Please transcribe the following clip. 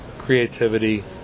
creativity